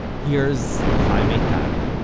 here's yochai maital